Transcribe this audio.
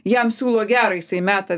jam siūlo gera jisai meta